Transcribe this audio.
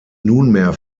nunmehr